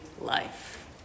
life